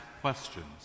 questions